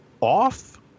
off